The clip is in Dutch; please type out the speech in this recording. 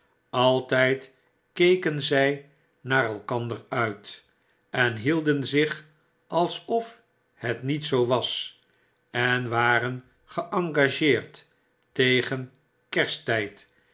altijd keken zij naarelkander uit en hielden zich alsof het niet zoo was en waren geengageerd tegen kersttijd